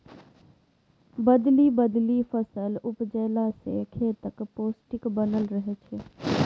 बदलि बदलि फसल उपजेला सँ खेतक पौष्टिक बनल रहय छै